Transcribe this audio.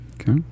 okay